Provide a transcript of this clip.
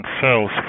cells